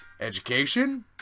education